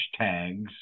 hashtags